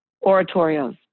oratorios